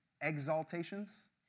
exaltations